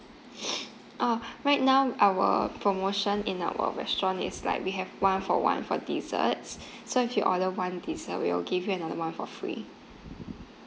orh right now our promotion in our restaurant is like we have one for one for desserts so if you order one dessert we'll give you another [one] for free